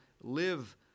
live